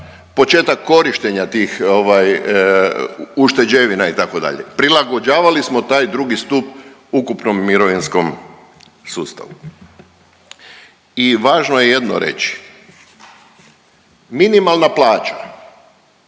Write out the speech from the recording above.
početak korištenja tih ušteđevina itd., prilagođavali smo taj drugi stup ukupnom mirovinskom sustavu. I važno je jedno reći minimalna plaća